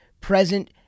present